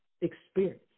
experience